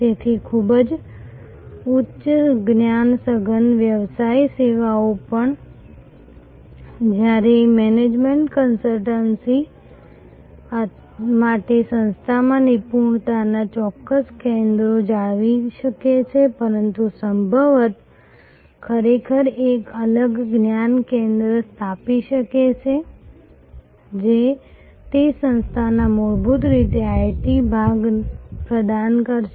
તેથી ખૂબ જ ઉચ્ચ જ્ઞાન સઘન વ્યવસાય સેવાઓ પણ જ્યારે મેનેજમેન્ટ કન્સલ્ટન્સી માટે સંસ્થામાં નિપુણતાના ચોક્કસ કેન્દ્રો જાળવી શકે છે પરંતુ સંભવતઃ ખરેખર એક અલગ જ્ઞાન કેન્દ્ર સ્થાપી શકે છે જે તે સંસ્થાના મૂળભૂત રીતે IT ભાગ પ્રદાન કરશે